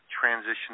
transition